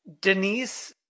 Denise